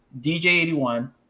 DJ81